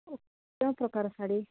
ଓ କେଉଁ ପ୍ରକାର ଶାଢ଼ୀ